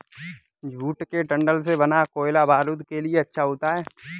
jute के डंठल से बना कोयला बारूद के लिए अच्छा होता है